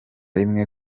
rimwe